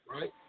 right